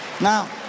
Now